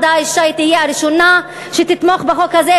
האישה תהיה הראשונה שתתמוך בחוק הזה,